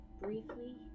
Briefly